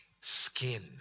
skin